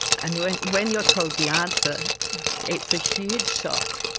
and when when you're told the answer it's a huge shock.